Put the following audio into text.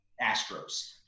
Astros